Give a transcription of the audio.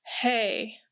hey